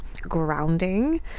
grounding